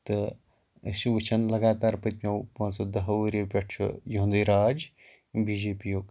تہٕ أسۍ چھِ وٕچھان لگاتار پٕتۍمٮ۪و پانٛژٕو دٕہٕو ؤرٮ۪و پٮ۪ٹھ چھُ یُہُنٛدُے راج بی جے پی یُک